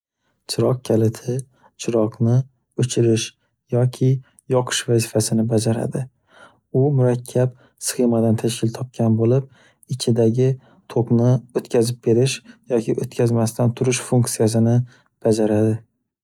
Chiroq kaliti chiroqni o’chirish yoki yoqish vazifasini bajaradi. U murakkab sxemadan tashkil topgan bo’lib, ichidagi tokni o’tkazib berish yoki o’tkazmasdan turish vazifasini bajaradi.